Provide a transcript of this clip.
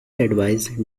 advice